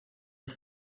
eux